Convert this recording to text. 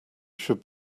should